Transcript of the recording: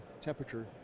temperature